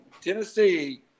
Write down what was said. Tennessee